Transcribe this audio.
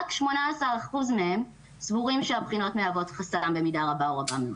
רק 18% מהם סבורים שהבחינות מהוות חסם במידה רבה או רבה מאוד.